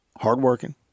hardworking